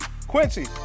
quincy